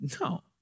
No